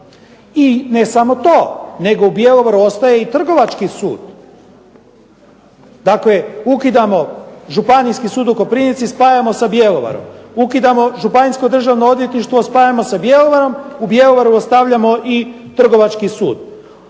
I ne samo to nego u Bjelovaru ostaje i trgovački sud. Dakle, ukidamo Županijski sud u Koprivnici spajamo s Bjelovarom, ukidamo županijsko državno odvjetništvo spajamo sa Bjelovarom, u Bjelovaru ostavljamo i trgovački sud.